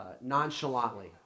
nonchalantly